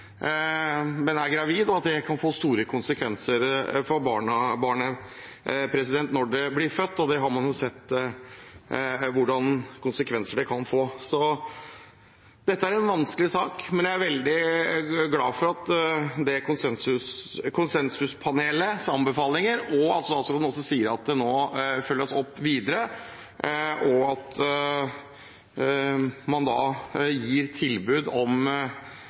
men er gravide, noe som kan få store konsekvenser for barnet når det blir født. Man har jo sett hvilke konsekvenser det kan få. Så dette er en vanskelig sak, men jeg er veldig glad for konsensuspanelets anbefalinger og at statsråden også sier at det nå følges opp videre, og at man gir tilbud om